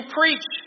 preach